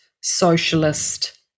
socialist